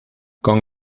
con